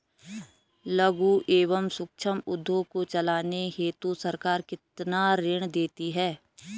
लघु एवं सूक्ष्म उद्योग को चलाने हेतु सरकार कितना ऋण देती है?